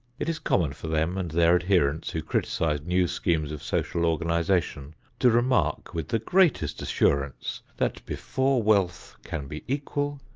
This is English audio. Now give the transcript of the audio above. it is common for them and their adherents who criticise new schemes of social organization to remark with the greatest assurance that before wealth can be equal,